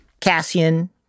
Cassian